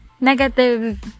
negative